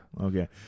Okay